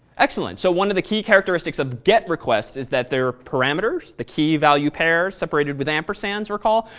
excellent. so one of the key characteristics of get request is that they're parameters, the key value pairs separated with ampersands, recall,